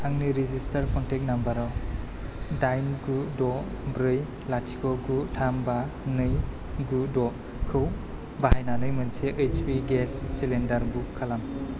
आंनि registered contact नाम्बाराव दाइन गु द ब्रै लाथिख' गु थाम बा नै गु द'खौ बाहायनानै मोनसे H P gas cylinder book खालाम